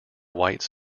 white